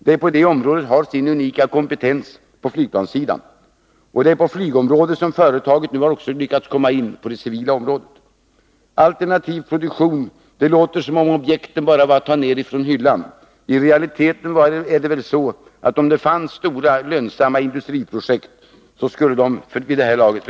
Det är på flygplanssidan som företaget har sin speciella kompetens, och det är på flygområdet som företaget har lyckats komma in på den civila sektorn. Alternativ produktion låter som om objekten bara var att ta ned från hyllan. I realiteten är det väl så att om det fanns stora och lönsamma industriprojekt, skulle de redan vara i gång vid det här laget.